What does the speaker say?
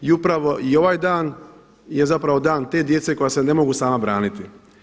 I upravo i ovaj dan je zapravo dan te djece koja se ne mogu sama braniti.